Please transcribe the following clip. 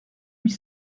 huit